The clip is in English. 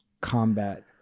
combat